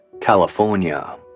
California